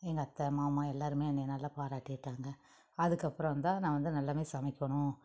எங்கள் அத்தை மாமா எல்லாரும் என்னைய நல்லா பாராட்டிட்டாங்க அதுக்கு அப்புறம் தான் நான் வந்து நல்லா சமைக்கணும்